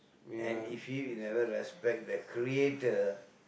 and if you you never respect the creator